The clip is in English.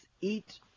eat